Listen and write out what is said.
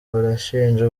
barashinja